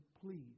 please